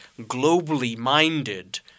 globally-minded